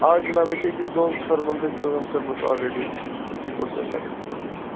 آ جِناب مےٚ چھےٚ ٲکِس دۅن فٔرمن سۭتۍ کٲم کٔرمٕژ آل ریڈی ڈِسکٹرکٹ کورٹ سریٖنگرس منٛز